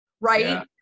right